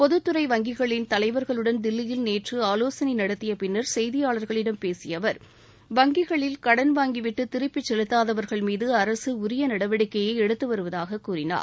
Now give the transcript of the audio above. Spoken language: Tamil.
பொதுத்துறை வங்கிகளின் தலைவர்களுடன் தில்லியில் நேற்று ஆலோசனை நடத்திய பின்னர் செய்தியாளர்களிடம் பேசிய அவர் வங்கிகளில் கடன் வாங்கிவிட்டு திருப்பீச் செலுத்தாதவர்கள் மீது அரசு உரிய நடவடிக்கையை எடுத்து வருவதாகக் கூறினார்